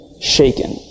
shaken